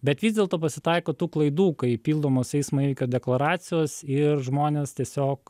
bet vis dėlto pasitaiko tų klaidų kai pildomos eismo įvykio deklaracijos ir žmonės tiesiog